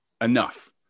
enough